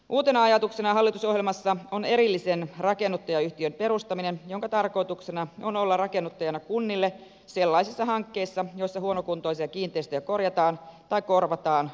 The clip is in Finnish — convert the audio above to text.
uutena ajatuksena hallitusohjelmassa on erillisen rakennuttajayhtiön perustaminen jonka tarkoituksena on olla rakennuttajana kunnille sellaisissa hankkeissa joissa huonokuntoisia kiinteistöjä korjataan tai korvataan uudisrakennuksilla